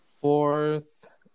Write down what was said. Fourth